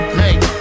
make